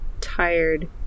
tired